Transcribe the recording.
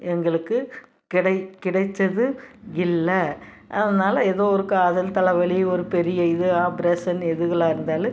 எங்களுக்கு கிடை கிடைத்தது இல்லை அதனால ஏதோ ஒரு காதல் தலைவலி ஒரு பெரிய இது ஆப்ரேஷன் எதுகளாக இருந்தாலும்